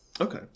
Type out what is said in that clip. Okay